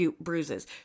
bruises